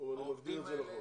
העובדים האלה,